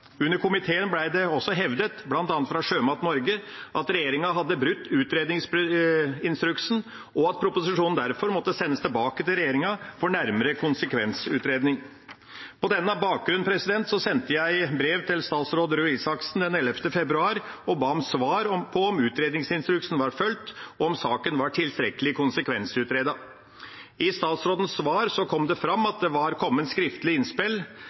Under komitéhøringen ble det også hevdet, bl.a. fra Sjømat Norge, at regjeringa hadde brutt utredningsinstruksen, og at proposisjonen derfor måtte sendes tilbake til regjeringa for nærmere konsekvensutredning. På denne bakgrunnen sendte jeg brev til statsråd Røe Isaksen den 11. februar og ba om svar på om utredningsinstruksen var fulgt, og om saken var tilstrekkelig konsekvensutredet. I statsrådens svar kom det fram at det var kommet skriftlige innspill.